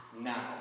now